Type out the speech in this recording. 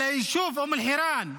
על היישוב אום אל-חיראן,